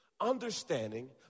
understanding